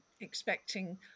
expecting